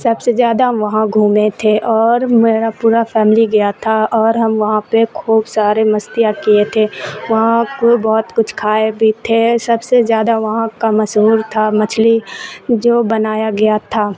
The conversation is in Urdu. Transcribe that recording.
سب سے زیادہ ہم وہاں گھومے تھے اور میرا پورا فیملی گیا تھا اور ہم وہاں پہ خوب سارے مستیاں کیے تھے وہاں کوئی بہت کچھ کھائے بھی تھے سب سے زیادہ وہاں کا مشہور تھا مچھلی جو بنایا گیا تھا